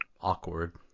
awkward